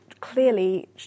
clearly